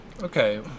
Okay